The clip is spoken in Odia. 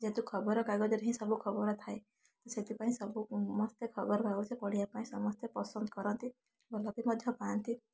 ଯେହେତୁ ଖବରକାଗଜରେ ହିଁ ସବୁ ଖବର ଥାଏ ସେଥିପାଇଁ ସବୁ ସମସ୍ତେ ଖବର କାଗଜ ପଢ଼ିବା ପାଇଁ ସମସ୍ତେ ପସନ୍ଦ କରନ୍ତି ଭଲ ବି ମଧ୍ୟ ପାଆନ୍ତି